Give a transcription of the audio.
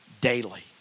daily